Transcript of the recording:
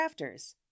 crafters